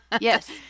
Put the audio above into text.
Yes